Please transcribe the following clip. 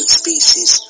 species